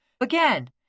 Again